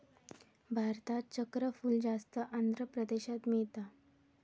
भारतात चक्रफूल जास्त आंध्र प्रदेशात मिळता